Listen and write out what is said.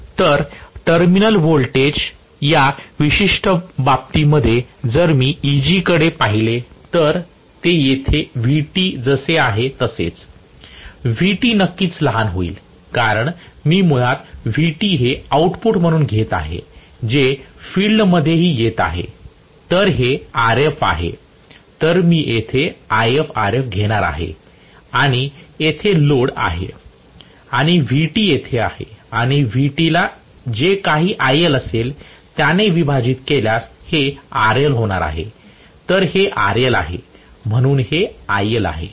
तर terminal voltage या विशिष्ठ बाबतीमध्ये जर मी Eg कडे पाहिले तर ते येथे Vt जसे आहे तसेच Vt नक्कीच लहान होईल कारण मी मुळात Vt हे आऊटपुट म्हणून येत आहे जे फिल्ड मध्येही येत आहे तर हे RF आहे तर मी येथे IfRF घेणार आहे आणि येथे लोड आहे आणि Vt इथे आहे आणि Vt ला जे काही IL असेल त्याने विभाजित केल्यास हे RL होणार आहे तर हे RL आहे म्हणून हे IL आहे